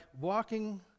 walking